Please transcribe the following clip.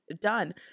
done